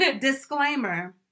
disclaimer